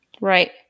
Right